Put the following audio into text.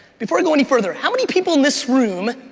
before i go any further, how many people in this room